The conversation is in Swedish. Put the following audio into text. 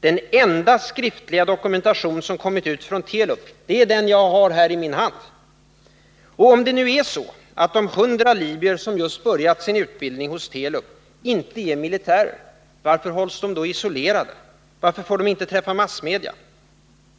Den enda skriftliga dokumentation som kommit ut från Telub — det är den jag har här i min hand. Om det nu är så att de 100 libyer som just börjat sin utbildning hos Telub ' inte är militärer, varför hålls de isolerade? Varför får de inte träffa massmedia?